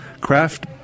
craft